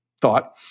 thought